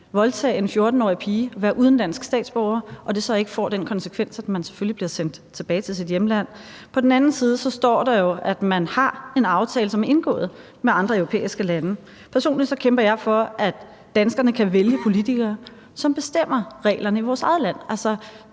voldtage en 14-årig pige som udenlandsk statsborger, og at det så ikke får den konsekvens, at man selvfølgelig bliver sendt tilbage til sit hjemland. På den anden side står der jo, at man har en aftale, som er indgået med andre europæiske lande. Personligt kæmper jeg for, at danskerne kan vælge politikere, som bestemmer reglerne i vores eget land.